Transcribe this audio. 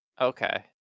okay